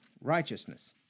righteousness